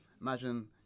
imagine